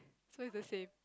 so it's the same